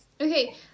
Okay